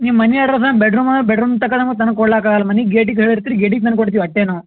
ನಿಮ್ಮ ಮನೆ ಅಡ್ರಸ್ ಅಂದ್ರೆ ಬೆಡ್ ರೂಮಾ ಬೆಡ್ರೂಮ್ ತನಕ ನಮಗೆ ತಂದ್ಕೊಡ್ಲಿಕ್ ಆಗೋಲ್ಲ ಮನೆ ಗೇಟಿಗೆ ಹೇಳಿರ್ತೀರಿ ಗೇಟಿಗೆ ತಂದು ಕೊಡ್ತೀವಿ ಅಷ್ಟೇ ನಾವು